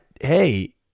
hey